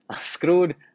screwed